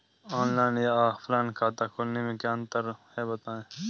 Online या offline खाता खोलने में क्या अंतर है बताएँ?